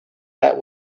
that